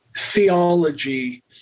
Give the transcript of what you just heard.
Theology